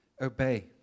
obey